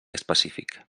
específic